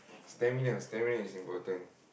stamina stamina is important